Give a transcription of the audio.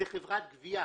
זה חברת גבייה.